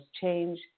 change